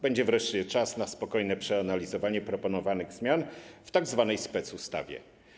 Będzie wreszcie czas na spokojne przeanalizowanie proponowanych zmian w tzw. specustawie.